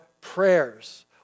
prayers